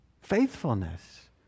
faithfulness